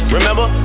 Remember